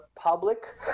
Public